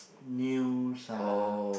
news uh